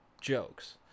jokes